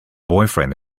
boyfriend